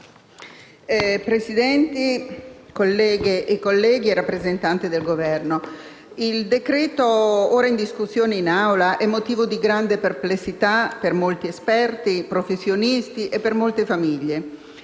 Presidente, colleghe e colleghi, rappresentante del Governo, il decreto-legge ora in discussione è motivo di grande perplessità per molti esperti, professionisti e per molte famiglie